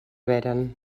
veren